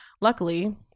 Luckily